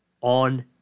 on